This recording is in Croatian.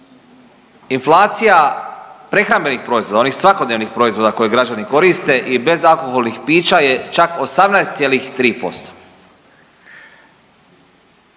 inflacija prehrambenih proizvoda, onih svakodnevnih proizvoda koje građani koriste i bezalkoholnih pića je čak 18,3%.